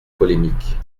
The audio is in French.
polémique